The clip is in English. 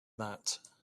that